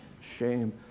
shame